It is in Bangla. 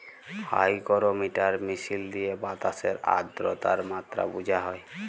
হাইগোরোমিটার মিশিল দিঁয়ে বাতাসের আদ্রতার মাত্রা বুঝা হ্যয়